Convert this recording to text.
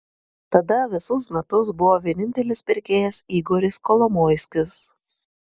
tada visus metus buvo vienintelis pirkėjas igoris kolomoiskis